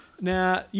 Now